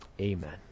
Amen